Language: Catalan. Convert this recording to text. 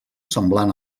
semblant